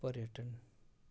पर्यटन